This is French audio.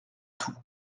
tout